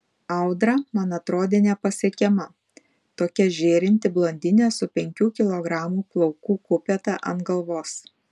audra man atrodė nepasiekiama tokia žėrinti blondinė su penkių kilogramų plaukų kupeta ant galvos